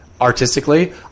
artistically